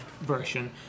version